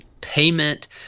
payment